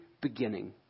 beginning